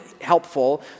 helpful